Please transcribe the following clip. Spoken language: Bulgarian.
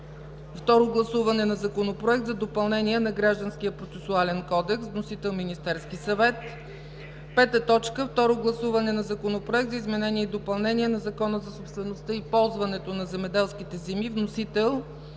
Второ гласуване на Законопроекта за допълнение на Гражданския процесуален кодекс. Вносител: Министерският съвет. 5. Второ гласуване на Законопроекта за изменение и допълнение на Закона за собствеността и ползването на земеделските земи. Вносител: Иван Станков.